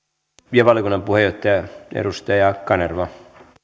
ja valiokunnan puheenjohtaja edustaja kanerva